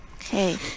okay